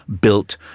built